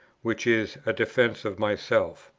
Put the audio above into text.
which is a defence of myself.